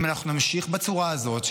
אם אנחנו נמשיך בצורה הזאת,